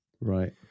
Right